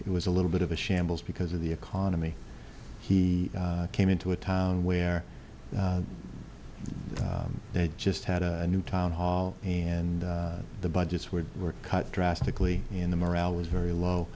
it was a little bit of a shambles because of the economy he came into a town where they just had a new town hall and the budgets were were cut drastically in the morale was very low